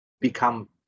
become